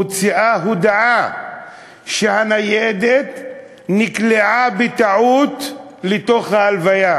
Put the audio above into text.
מוציאה הודעה שהניידת נקלעה בטעות לתוך ההלוויה.